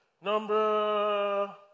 Number